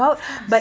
of course